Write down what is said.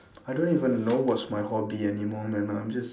I don't even know what's my hobby anymore man I'm just